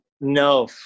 No